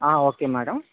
ఆ okay madam